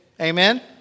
Amen